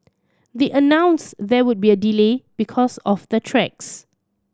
they announced there would be a delay because of the tracks